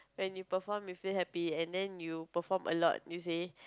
when you perform you feel happy and then you perform a lot you see